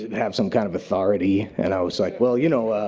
have some kind of authority. and i was like, well, you know,